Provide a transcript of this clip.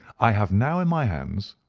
i have now in my hands,